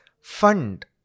fund